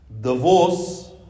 divorce